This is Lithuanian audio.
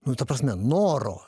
nu ta prasme noro